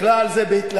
הסתכלה על זה בהתלהבות.